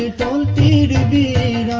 ah da like da da da